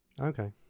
Okay